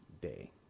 day